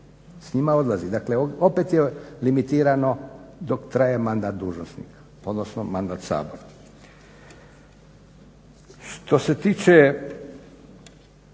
s njima odlazi. Dakle opet je limitirano dok traje mandat dužnosnika odnosno mandat Sabora. Što se tiče